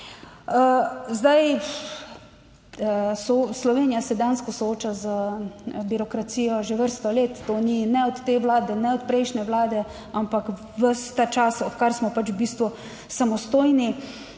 Zdaj, Slovenija se dejansko sooča z birokracijo že vrsto let, to ni ne od te vlade, ne od prejšnje vlade, ampak ves ta čas, odkar smo pač v bistvu samostojni.